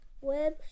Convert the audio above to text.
web